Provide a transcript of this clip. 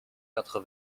quatre